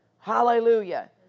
Hallelujah